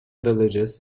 villages